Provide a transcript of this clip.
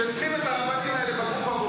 כשצריכים את הרבנים האלה בגוף הבוחר,